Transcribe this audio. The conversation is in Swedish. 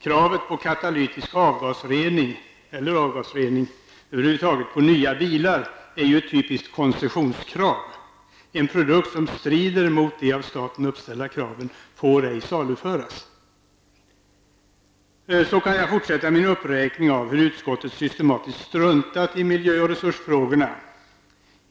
Kravet på katalytisk avgasrening eller avgasrening över huvud taget på nya bilar är ju ett typiskt koncessionskrav. En produkt som strider mot de av staten uppställda kraven får ej saluföras. Så kan jag fortsätta min uppräkning av hur utskottet systematiskt struntat i miljö och resursfrågorna.